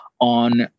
on